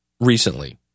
recently